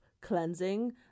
cleansing